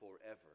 forever